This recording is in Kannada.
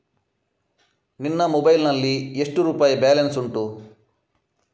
ನಿನ್ನ ಮೊಬೈಲ್ ನಲ್ಲಿ ಎಷ್ಟು ರುಪಾಯಿ ಬ್ಯಾಲೆನ್ಸ್ ಉಂಟು?